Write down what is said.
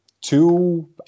two